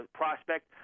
prospect